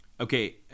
Okay